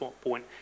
point